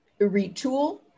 retool